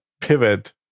pivot